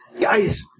guys